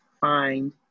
find